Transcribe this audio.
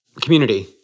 community